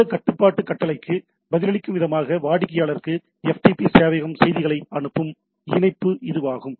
இந்த கட்டுப்பாட்டு கட்டளைக்கு பதிலளிக்கும் விதமாக வாடிக்கையாளருக்கு FTP சேவையகம் செய்திகளை அனுப்பும் இணைப்பு இதுவாகும்